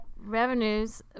Revenues